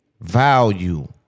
value